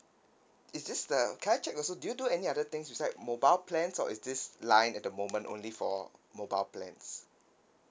is this the can I check also do you do any other things besides mobile plans or is this line at the moment only for mobile plans